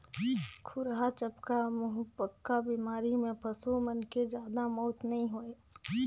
खुरहा चपका, मुहंपका बेमारी में पसू मन के जादा मउत नइ होय